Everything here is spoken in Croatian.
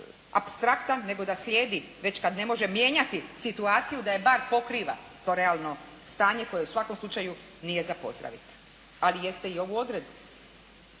nego da slijedi, već kad ne može mijenjati situaciju da je bar pokriva to realno stanje koje u svakom slučaju nije za pozdraviti, ali jeste i ovu odredbu.